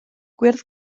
gwyrdd